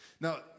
Now